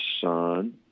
Son